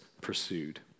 pursued